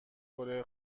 کره